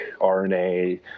rna